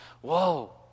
Whoa